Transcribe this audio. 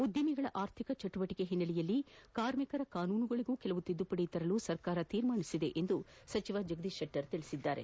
ಉದ್ಯಮಿಗಳ ಆರ್ಥಿಕ ಚಟುವಟಿಕೆಗಳ ಹಿನ್ನೆಲೆಯಲ್ಲಿ ಕಾರ್ಮಿಕರ ಕಾನೂನುಗಳಿಗೂ ಕೆಲ ತಿದ್ದುಪದಿ ತರಲು ಸರ್ಕಾರ ನಿರ್ಧರಿಸಿದೆ ಎಂದು ಸಚಿವ ಜಗದೀಶ್ ಶೆಟ್ಟರ್ ತಿಳಿಸಿದರು